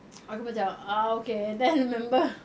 aku macam oh okay then I remember